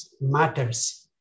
matters